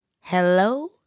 Hello